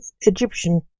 Egyptian